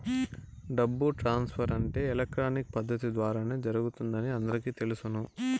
డబ్బు ట్రాన్స్ఫర్ అంటే ఎలక్ట్రానిక్ పద్దతి ద్వారానే జరుగుతుందని అందరికీ తెలుసును